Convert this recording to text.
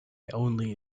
only